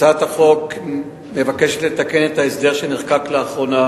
הצעת החוק מבקשת לתקן את ההסדר שנחקק לאחרונה